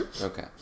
Okay